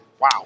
wow